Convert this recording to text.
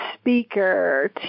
speaker